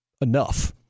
enough